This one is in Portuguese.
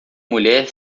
mulher